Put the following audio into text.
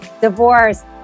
divorce